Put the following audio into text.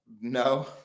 No